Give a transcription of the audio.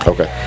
Okay